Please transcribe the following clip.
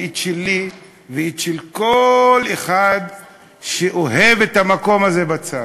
ואת שלי ואת של כל אחד שאוהב את המקום הזה בצד.